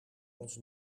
ons